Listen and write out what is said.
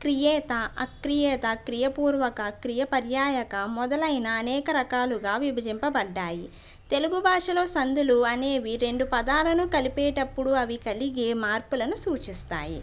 క్రియేత అక్రియేత క్రియాపూర్వక క్రియ పర్యాయక మొదలైన అనేక రకాలుగా విభజింపబడ్డాయి తెలుగు భాషలో సందులు అనేవి రెండు పదాలను కలిపేటప్పుడు అవి కలిగే మార్పులను సూచిస్తాయి